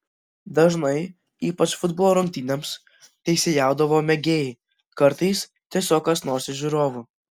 dažnai ypač futbolo rungtynėms teisėjaudavo mėgėjai kartais tiesiog kas nors iš žiūrovų